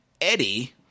Eddie